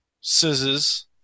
Scissors